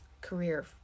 career